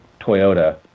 Toyota